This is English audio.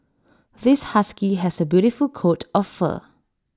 this husky has A beautiful coat of fur